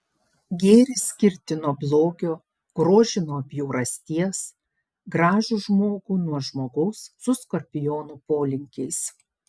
gėrį skirti nuo blogio grožį nuo bjaurasties gražų žmogų nuo žmogaus su skorpiono polinkiais